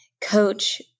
coach